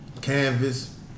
canvas